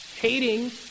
Hating